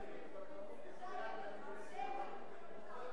נמצא לך פסוק אחר